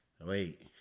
Wait